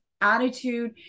attitude